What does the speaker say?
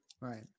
Right